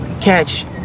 catch